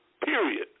period